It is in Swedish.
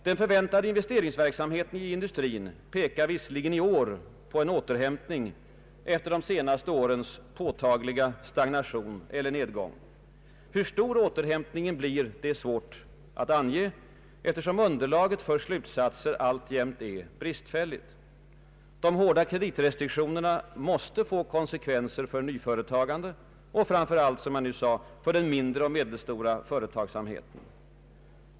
Den förväntade investeringsverksamheten i industrin pekar visserligen i år på en återhämtning efter de senaste årens påtagliga stagnation eller nedgång. Hur stor återhämtningen blir är svårt att ange, eftersom underlaget för slutsatser alltjämt är bristfälligt. De hårda kreditrestriktionerna måste få konsekvenser för nyföretagande och framför allt, som jag nyss sade, för den mindre och medelstora företagsamheten.